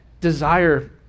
desire